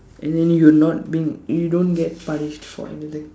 and then you not been you don't get punish for anything